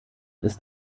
ist